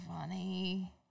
funny